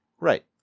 Right